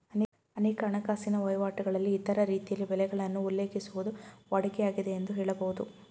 ಅನೇಕ ಹಣಕಾಸಿನ ವಹಿವಾಟುಗಳಲ್ಲಿ ಇತರ ರೀತಿಯಲ್ಲಿ ಬೆಲೆಗಳನ್ನು ಉಲ್ಲೇಖಿಸುವುದು ವಾಡಿಕೆ ಆಗಿದೆ ಎಂದು ಹೇಳಬಹುದು